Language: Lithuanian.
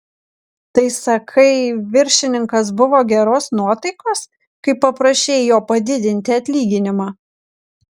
tai sakai viršininkas buvo geros nuotaikos kai paprašei jo padidinti atlyginimą